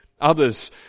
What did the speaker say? Others